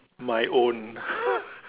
my own